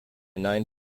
nine